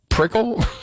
Prickle